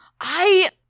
I-